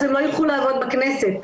הם לא יוכלו לעבוד בכנסת,